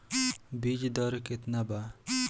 बीज दर केतना बा?